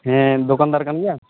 ᱦᱮᱸ ᱫᱚᱠᱟᱱᱫᱟᱨ ᱠᱟᱱ ᱜᱮᱭᱟᱢ